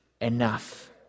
enough